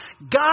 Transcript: God